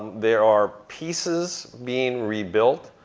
there are pieces being rebuilt.